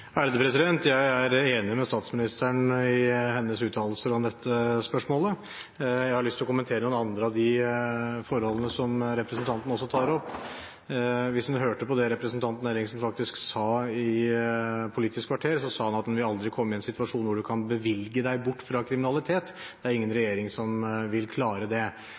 Jeg er enig med statsministeren i hennes uttalelser om dette spørsmålet. Jeg har lyst til å kommentere noen andre av de forholdene som representanten også tar opp. Hvis hun hørte på det representanten Ellingsen faktisk sa i Politisk kvarter, sa han at en vil aldri komme i en situasjon hvor en kan bevilge seg bort fra kriminalitet. Det er ingen regjering som vil klare det.